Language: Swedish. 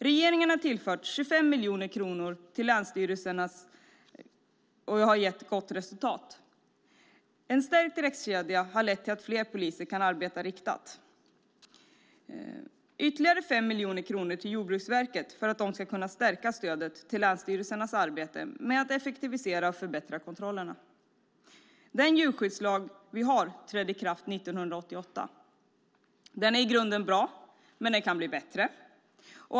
Regeringen har tillfört 25 miljoner kronor till länsstyrelsernas djurskyddskontroller samt ytterligare 5 miljoner till Jordbruksverket för att de ska kunna förstärka stödet till länsstyrelsernas arbete med att effektivisera och förbättra kontrollerna. Den djurskyddslag vi har trädde i kraft 1988. Den är i grunden bra, men den kan bli bättre.